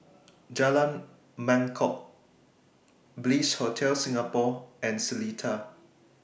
Jalan Mangkok Bliss Hotel Singapore and Seletar